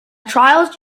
trials